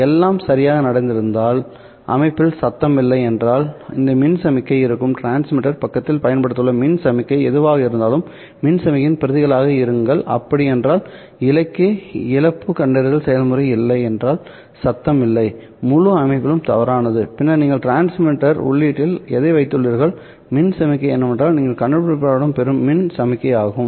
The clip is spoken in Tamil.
எல்லாம் சரியாக நடந்திருந்தால் அமைப்பில் சத்தம் இல்லை என்றால் இந்த மின் சமிக்ஞை இருக்கும் டிரான்ஸ்மிட்டர் பக்கத்தில் பயன்படுத்தப்பட்ட மின் சமிக்ஞை எதுவாக இருந்தாலும் மின் சமிக்ஞையின் பிரதிகளாக இருங்கள் அப்படியென்றால் இழைக்கு இழப்பு கண்டறிதல் செயல்முறை இல்லை என்றால் சத்தம் இல்லை முழு அமைப்பிலும் தவறானது பின்னர் நீங்கள் டிரான்ஸ்மிட்டர் உள்ளீட்டில் எதை வைத்துள்ளீர்கள் மின் சமிக்ஞை என்னவென்றால் நீங்கள் கண்டுபிடிப்பாளரிடம் பெறும் மின் சமிக்ஞை ஆகும்